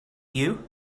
you